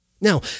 Now